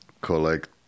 collect